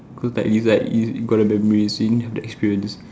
cause like it's like you got the memories seeing the experience